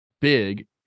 big